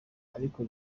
ariko